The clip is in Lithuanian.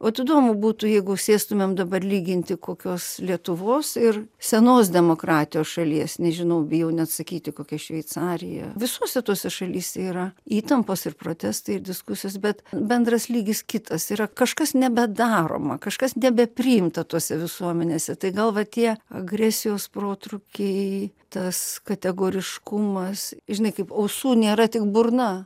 ot įdomu būtų jeigu sėstumėm dabar lyginti kokios lietuvos ir senos demokratijos šalies nežinau bijau net sakyti kokia šveicarija visose tose šalyse yra įtampos ir protestai ir diskusijos bet bendras lygis kitas yra kažkas nebedaroma kažkas nebepriimta tose visuomenėse tai gal va tie agresijos protrūkiai tas kategoriškumas žinai kaip ausų nėra tik burna